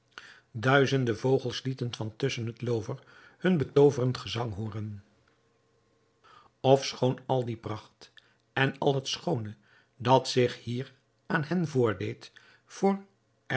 duizende vogels lieten van tusschen het loover hun betooverend gezang hooren ofschoon al die pracht en al het schoone dat zich hier aan hen voordeed voor